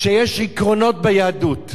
שיש עקרונות ביהדות,